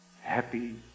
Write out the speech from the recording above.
happy